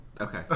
Okay